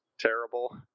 Terrible